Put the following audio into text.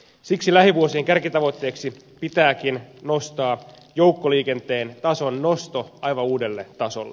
siksi lähivuosien kärkitavoitteeksi pitääkin nostaa joukkoliikenteen tason nosto aivan uudelle tasolle